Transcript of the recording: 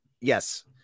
yes